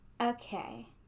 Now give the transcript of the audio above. Okay